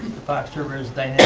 fox rivers,